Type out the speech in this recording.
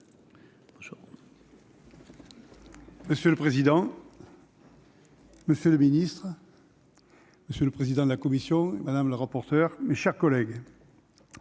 Monsieur le président. Monsieur le Ministre, monsieur le président de la commission madame le rapporteur, mes chers collègues,